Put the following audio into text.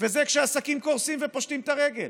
וזה כשעסקים קורסים ופושטים את הרגל.